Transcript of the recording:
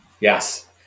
Yes